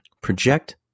project